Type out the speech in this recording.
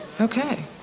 Okay